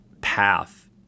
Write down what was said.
path